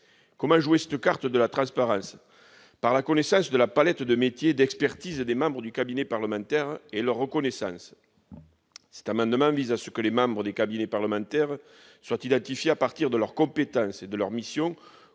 Comment jouer cette carte de la transparence ? Par la connaissance de la palette de métiers et d'expertise des membres de cabinet parlementaire et leur reconnaissance. Cet amendement vise à faire en sorte que les membres des cabinets parlementaires soient identifiés à partir de leurs compétences et de leurs missions,